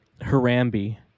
Harambe